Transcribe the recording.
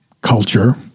culture